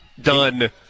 done